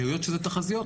היות שזה תחזיות,